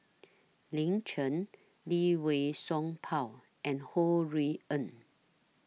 Lin Chen Lee Wei Song Paul and Ho Rui An